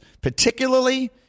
particularly